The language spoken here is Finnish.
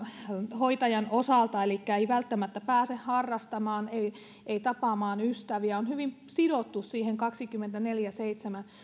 hoitajan osalta elikkä ei välttämättä pääse harrastamaan ei ei tapaamaan ystäviä on hyvin sidottu siihen kaksikymmentäneljä kautta seitsemän